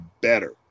better